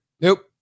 Nope